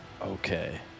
Okay